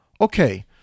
Okay